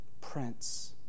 prince